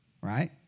Right